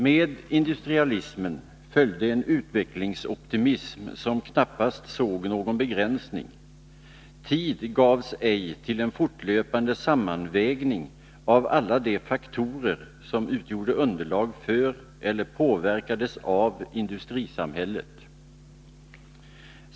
Med industrialismen följde en utvecklingsoptimism som knappast såg någon begränsning. Tid gavs ej till en fortlöpande sammanvägning av alla de faktorer som utgjorde underlag för eller påverkades av industrisamhället.